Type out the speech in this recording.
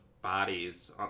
Bodies